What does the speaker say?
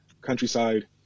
countryside